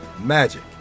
magic